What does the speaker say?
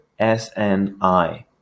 SNI